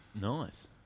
Nice